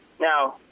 Now